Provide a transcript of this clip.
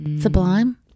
Sublime